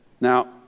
Now